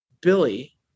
billy